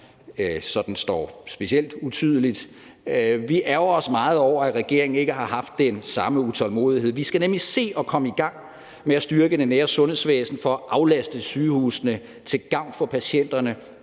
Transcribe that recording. sådan står specielt utydeligt, at regeringen ikke har haft den samme utålmodighed. Vi skal nemlig se at komme i gang med at styrke det nære sundhedsvæsen for at aflaste sygehusene til gavn for patienterne